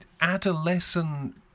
adolescent